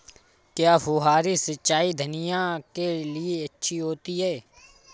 क्या फुहारी सिंचाई धनिया के लिए अच्छी होती है?